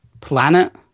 planet